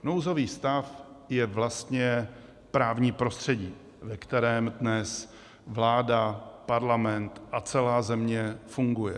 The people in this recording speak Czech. Nouzový stav je vlastně právní prostředí, ve kterém dnes vláda, Parlament a celá země fungují.